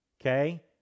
Okay